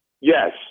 Yes